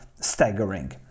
staggering